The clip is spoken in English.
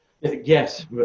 Yes